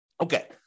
Okay